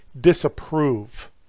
disapprove